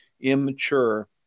immature